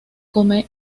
come